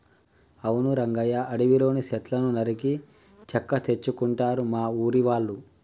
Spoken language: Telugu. అవును రంగయ్య అడవిలోని సెట్లను నరికి చెక్క తెచ్చుకుంటారు మా ఊరి వాళ్ళు